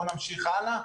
בואו נמשיך הלאה.